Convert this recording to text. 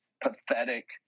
pathetic